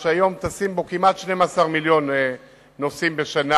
שהיום טסים בו כמעט 12 מיליון נוסעים בשנה